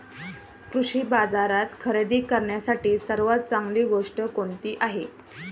कृषी बाजारात खरेदी करण्यासाठी सर्वात चांगली गोष्ट कोणती आहे?